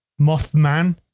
Mothman